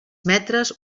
metres